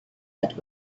but